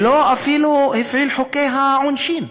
ואפילו לא הפעיל את חוקי העונשין,